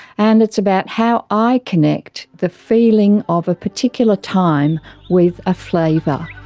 and it's about how i connect the feeling of a particular time with a flavour.